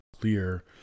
clear